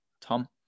Tom